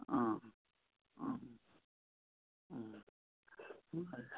अँ अँ